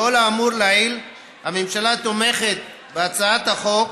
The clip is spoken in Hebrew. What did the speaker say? לאור האמור לעיל, הממשלה תומכת בהצעת החוק,